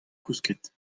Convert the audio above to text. kousket